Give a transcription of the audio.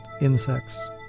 insects